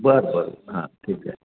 बरं बरं हां ठीक आहे